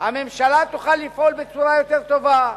הממשלה תוכל לפעול בצורה יותר טובה,